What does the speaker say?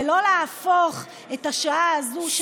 ולא להפוך את השעה הזאת,